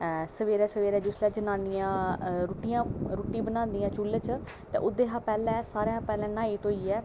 सबेरै सबेरै जिसलै जनानियां रुट्टी बनांदियां चुल्हे च एह्दे कशा पैह्लें सारें कशा पैह्लें न्हाई धोइयै